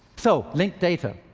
so, linked data.